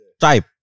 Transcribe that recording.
Type